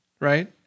Right